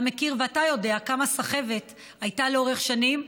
אתה מכיר ואתה יודע כמה סחבת הייתה לאורך שנים,